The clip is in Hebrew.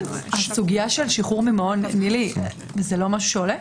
הסוגיה של שחרור ממעון זה לא משהו שעולה?